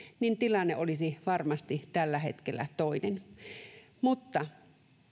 niin tilanne olisi varmasti tällä hetkellä toinen mutta